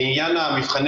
כל מבחני